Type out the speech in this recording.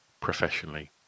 professionally